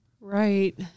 Right